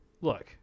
look